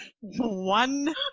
one